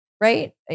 Right